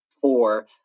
four